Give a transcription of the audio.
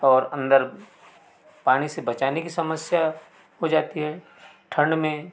और अंदर पानी से बचाने की समस्या हो जाती है ठंड में